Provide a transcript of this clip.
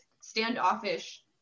standoffish